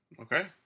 Okay